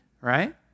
right